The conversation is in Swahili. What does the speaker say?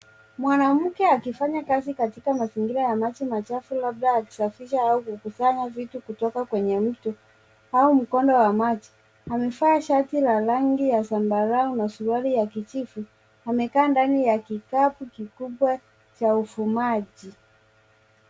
Mwanamke akifanya kazi katika mazingira ya maji machafu labda akisafisha au kukusanya vitu kutoka kwenye mto au mkondo wa maji amevaa shati la rangi ya zambarau na suruali ya kijivu. Amekaa ndani ya kikapu kikubwa cha ufumaji.